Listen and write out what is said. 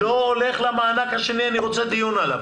אלך למענק השני, אני רוצה עליו דיון.